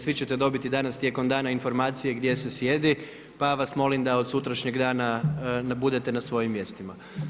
Svi ćete dobiti danas tijekom dana informacije gdje se sjedi, pa vas molim da od sutrašnjeg dana budete na svojim mjestima.